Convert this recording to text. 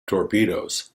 torpedoes